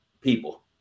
people